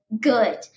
good